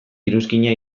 iruzkina